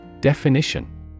Definition